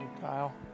Kyle